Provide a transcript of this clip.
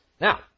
Now